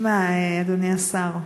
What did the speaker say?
שמע, אדוני השר,